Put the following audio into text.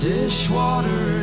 Dishwater